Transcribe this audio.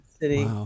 city